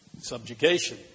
Subjugation